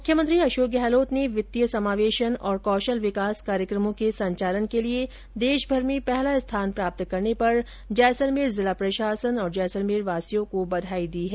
मुख्यमंत्री अशोक गहलोत ने वित्तीय समावेशन और कौशल विकास कार्यक्रमों के संचालन के लिए देशभर में पहला स्थान प्राप्त करने पर जैसलमेर जिला प्रशासन तथा जैसलमेरवासियों को बधाई दी हैं